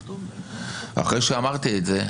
אחרי שאמרתי את זה,